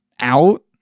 out